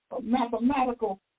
mathematical